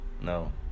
No